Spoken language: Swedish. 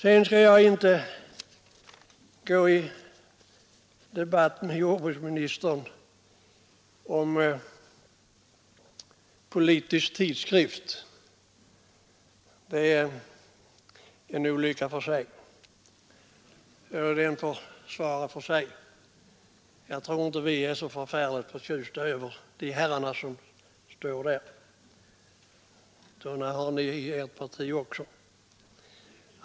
Sedan skall jag inte ta upp någon debatt med jordbruksministern om Politisk Tidskrift. Det är en olycka för sig. Var och en får svara för sina handlingar. Jag tror inte att vi i vårt parti är så särskilt förtjusta över de herrar som agerat där. Sådana har ni i ert parti också.